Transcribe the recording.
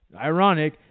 ironic